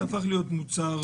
זה הפך להיות צורך